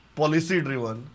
policy-driven